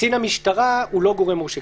קצין המשטרה הוא לא גורם מורשה.